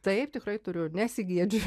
taip tikrai turiu ir nesigėdžiju